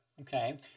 Okay